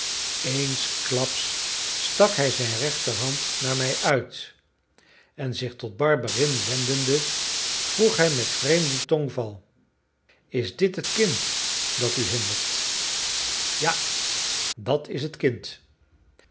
eensklaps stak hij zijn rechterhand naar mij uit en zich tot barberin wendende vroeg hij met vreemden tongval is dit het kind dat u hindert ja dat is het kind